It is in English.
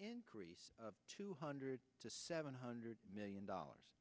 increase of two hundred to seven hundred million dollars